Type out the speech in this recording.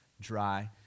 dry